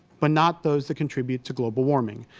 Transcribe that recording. but not those that contribute to global warming.